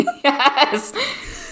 Yes